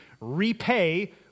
repay